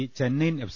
Chennaiyin F